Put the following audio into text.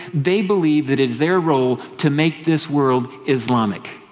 they believe that it is their role to make this world islamic.